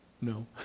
no